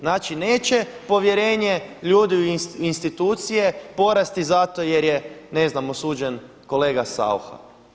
Znači povjerenje ljudi u institucije porasti zato jer je ne znam osuđen kolega Saucha.